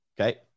Okay